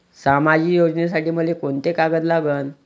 सामाजिक योजनेसाठी मले कोंते कागद लागन?